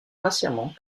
patiemment